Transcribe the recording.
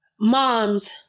moms